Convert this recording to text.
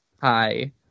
Hi